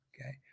okay